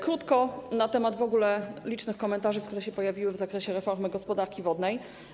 Krótko na temat licznych komentarzy, które się pojawiły w zakresie reformy gospodarki wodnej.